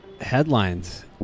headlines